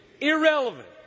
irrelevant